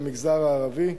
למגזר הערבי.